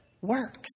works